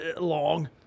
long